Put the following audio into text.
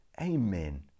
Amen